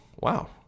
wow